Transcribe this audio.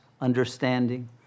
understanding